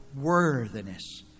worthiness